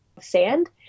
sand